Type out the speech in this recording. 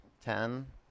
Ten